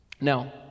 Now